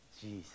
Jesus